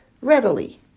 readily